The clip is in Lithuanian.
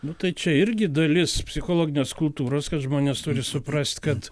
nu tai čia irgi dalis psichologinės kultūros kad žmonės turi suprast kad